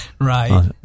Right